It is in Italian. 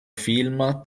film